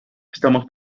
estamos